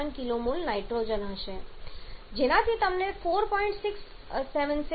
67 kmol nitrogen હશે જેનાથી તમને 4